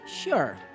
Sure